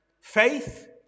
faith